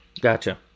Gotcha